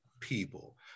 people